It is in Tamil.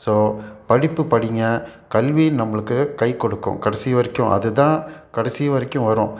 ஸோ படிப்பு படிங்க கல்வி நம்மளுக்கு கை கொடுக்கும் கடைசி வரைக்கும் அதுதான் கடைசி வரைக்கும் வரும்